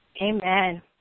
Amen